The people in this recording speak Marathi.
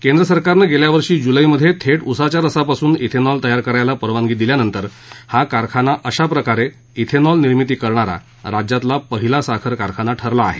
केंद्र सरकारन गेल्या वर्षी जुलैमध्ये थेट उसाच्या रसापासून क्वेनॉल तयार करायला परवानगी दिल्यानंतर हा कारखाना अशाप्रकारे शिनॉल निर्मिती करणारा राज्यातला पहिला साखर कारखाना ठरला आहे